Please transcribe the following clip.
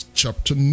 chapter